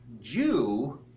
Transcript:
Jew